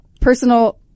personal